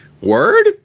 Word